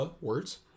words